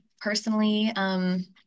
personally